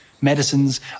medicines